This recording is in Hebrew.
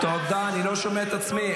תודה, אני לא שומע את עצמי.